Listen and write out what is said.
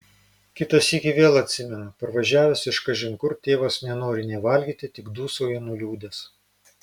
kitą sykį vėl atsimenu parvažiavęs iš kažin kur tėvas nenori nė valgyti tik dūsauja nuliūdęs